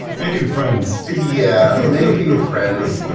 making friends! yeah. making friends. but